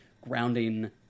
grounding